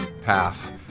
path